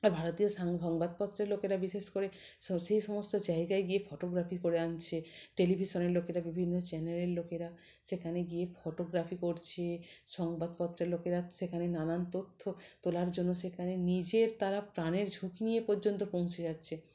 আর ভারতীয় সাং সংবাদপত্রের লোকেরা বিশেষ করে সেই সমস্ত জায়গায় গিয়ে ফটোগ্রাফি করে আনছে টেলিভিশনের লোকেরা বিভিন্ন চ্যানেলের লোকেরা সেখানে গিয়ে ফটোগ্রাফি করছে সংবাদপত্রের লোকেরা সেখানে নানান তথ্য তোলার জন্য সেখানে নিজের তারা প্রাণের ঝুঁকি নিয়ে পর্যন্ত পৌঁছে যাচ্ছে